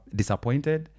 disappointed